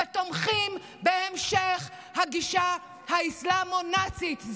ותומכים בהמשך הגישה האסלאמו-נאצית,